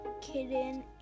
Kitten